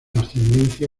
ascendencia